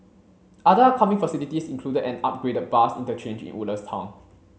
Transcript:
other upcoming facilities included an upgraded bus interchange in Woodlands town